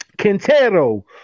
quintero